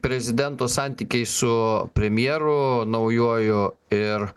prezidento santykiai su premjeru naujuoju ir